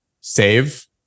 save